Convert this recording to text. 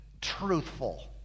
truthful